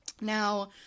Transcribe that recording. Now